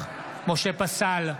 פסל,